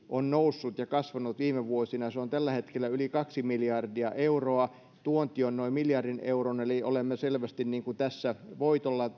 on noussut ja kasvanut viime vuosina se on tällä hetkellä yli kaksi miljardia euroa tuonti on noin miljardin euron eli olemme selvästi voitolla